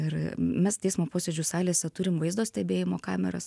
ir mes teismo posėdžių salėse turim vaizdo stebėjimo kameras